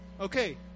Okay